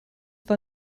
war